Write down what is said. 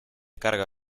carga